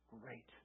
Great